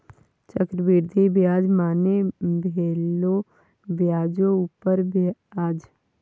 चक्रवृद्धि ब्याज मने भेलो ब्याजो उपर ब्याज